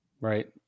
Right